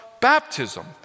baptism